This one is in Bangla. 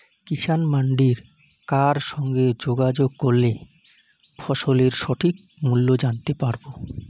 কিষান মান্ডির কার সঙ্গে যোগাযোগ করলে ফসলের সঠিক মূল্য জানতে পারবো?